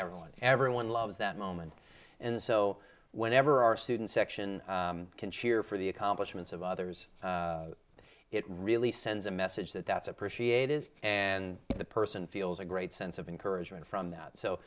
everyone everyone loves that moment and so whenever our student section can cheer for the accomplishments of others it really sends a message that that's appreciative and if the person feels a great sense of encouragement from that so